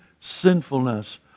sinfulness